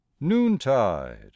noontide